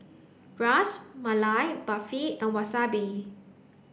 Ras Malai Barfi and wasabi